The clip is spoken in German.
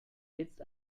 jetzt